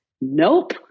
nope